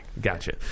gotcha